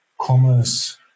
commerce